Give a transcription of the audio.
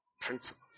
Principles